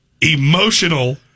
emotional